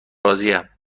راضیم